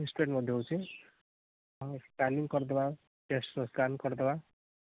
chest pain ମଧ୍ୟ ହେଉଛି ହଁ ସ୍କାନିଙ୍ଗ୍ କରିଦେବା ଚେଷ୍ଟର ସ୍କାନ୍ କରିଦେବା